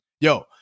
Yo